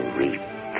reap